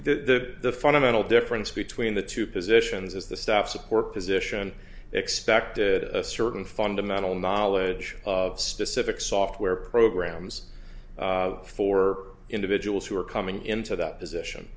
the fundamental difference between the two positions is the staff support position expected a certain fundamental knowledge of specific software programs for individuals who are coming into that position